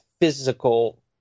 physical